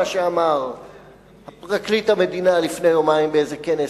מה שאמר פרקליט המדינה לפני יומיים באיזה כנס.